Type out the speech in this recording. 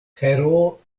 heroo